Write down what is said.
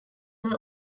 were